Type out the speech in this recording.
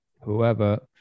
whoever